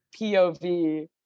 POV